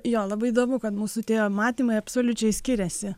jo labai įdomu kad mūsų tie matymai absoliučiai skiriasi